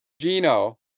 Gino